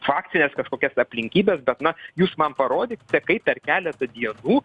faktines kažkokias aplinkybes bet na jūs man parodykite kaip per keletą dienų